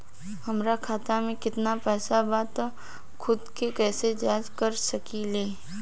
हमार खाता में केतना पइसा बा त खुद से कइसे जाँच कर सकी ले?